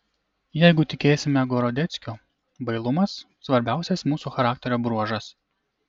jeigu tikėsime gorodeckiu bailumas svarbiausias mūsų charakterio bruožas